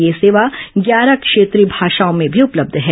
यह सेवा ग्यारह क्षेत्रीय भाषाओं में भी उपलब्ध है